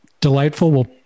delightful